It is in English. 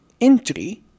entry